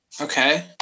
Okay